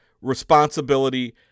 responsibility